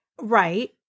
right